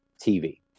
TV